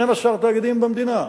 12 תאגידים במדינה.